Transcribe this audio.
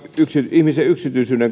ihmisen yksityisyyden